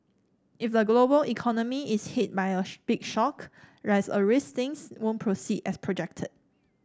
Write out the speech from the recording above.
if the global economy is hit by a big shock there's a risk things won't proceed as projected